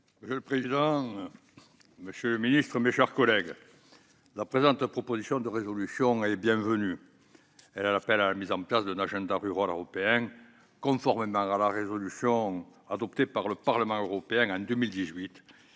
Monsieur le président, monsieur le secrétaire d'État, mes chers collègues, la présente proposition de résolution est bienvenue. Elle appelle à la mise en place d'un agenda rural européen, conformément à la résolution adoptée par le Parlement européen, en 2018,